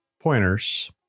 pointers